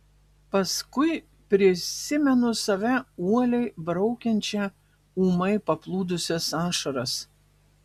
paskui prisimenu save uoliai braukiančią ūmai paplūdusias ašaras